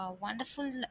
wonderful